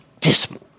dismal